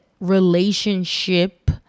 relationship